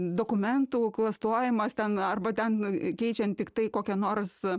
dokumentų klastojimas ten arba ten keičiant tiktai kokią nors